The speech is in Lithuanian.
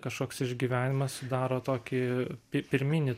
kažkoks išgyvenimas sudaro tokį pi pirminį